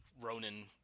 Ronan